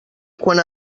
quan